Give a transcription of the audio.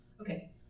Okay